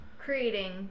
creating